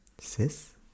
Sis